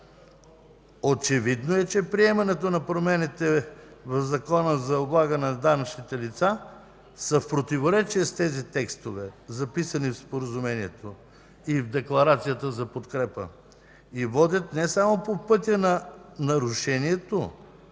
Очевидно е, че приемането на промените в Закона за облагане на физическите лица са в противоречие с тези текстове, записани в Споразумението и в Декларацията за подкрепа, и водят не само по пътя на нарушението,